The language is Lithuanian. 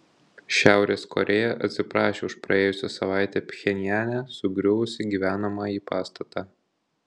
šiaurės korėja atsiprašė už praėjusią savaitę pchenjane sugriuvusį gyvenamąjį pastatą